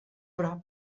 prop